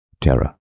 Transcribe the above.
terror